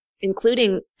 including